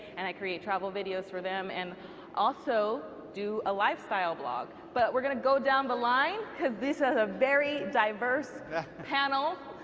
and i create travel videos for them, and also do a lifestyle blog, but we're going to go down the line because these are the very diverse panel,